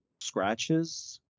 scratches